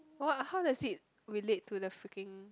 what how does it relate to the freaking